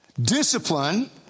Discipline